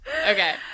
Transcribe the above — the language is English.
okay